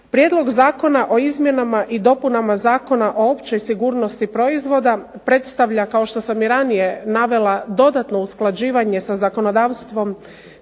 prijedlog Zakona o izmjenama i dopunama Zakona o općoj sigurnosti proizvoda predstavlja, kao što sam i ranije navela, dodatno usklađivanje zakonodavstva